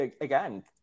again